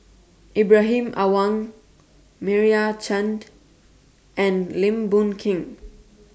Ibrahim Awang Meira Chand and Lim Boon Keng